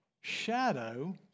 shadow